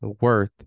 worth